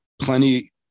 plenty